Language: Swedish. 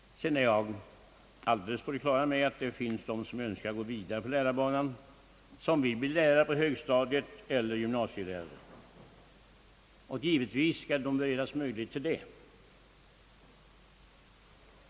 Jag är alldeles på det klara med att det finns de som önskar gå vidare på lärarbanan, som vill bli lärare på högstadiet som gymnasielärare, och givetvis skall möjlighet beredas dem till det.